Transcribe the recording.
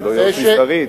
לא יוסי שריד?